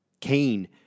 Cain